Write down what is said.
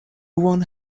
one